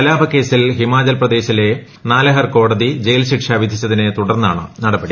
കലാപക്കേസിൽ ഹിമാചൽ പ്രദേശിലെ നാലഹർ കോടതി ജയിൽ ശിക്ഷ വിധിച്ചിനെ തുടർന്നാണ് നടപടി